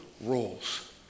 roles